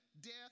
death